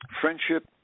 friendship